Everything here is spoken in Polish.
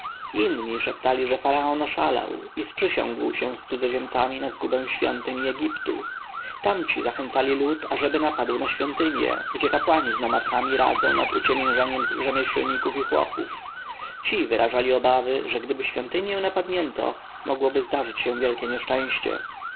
inni szeptali że faraon oszalał i sprzysiągł się z cudzoziemcami na zgubę świątyń i egiptu tamci zachęcali lud ażeby napadł na świątynie gdzie kapłani z nomarchami radzą nad uciemiężeniem rzemieślników i chłopów ci wyrażali obawy że gdyby świątynie napadnięto mogłoby zdarzyć się wielkie nieszczęście